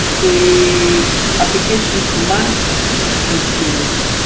the applications must include,